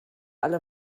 alle